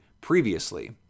previously